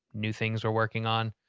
new things we're working on,